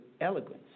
elegance